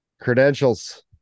Credentials